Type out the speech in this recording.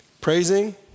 Praising